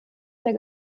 der